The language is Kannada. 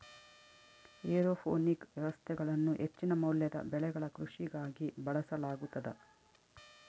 ಏರೋಪೋನಿಕ್ ವ್ಯವಸ್ಥೆಗಳನ್ನು ಹೆಚ್ಚಿನ ಮೌಲ್ಯದ ಬೆಳೆಗಳ ಕೃಷಿಗಾಗಿ ಬಳಸಲಾಗುತದ